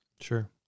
Sure